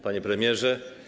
Panie Premierze!